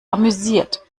amüsiert